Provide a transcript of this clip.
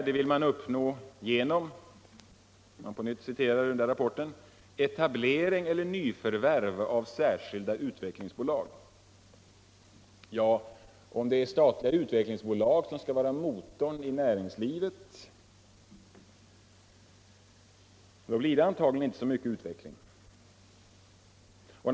Det vill man uppnå genom ”etablering eller nyförvärv av särskilda utvecklingsbolag”. Ja, är det statliga utvecklingsbolag som skall vara motorn i svenskt näringsliv, blir det inte mycket av utvecklingen.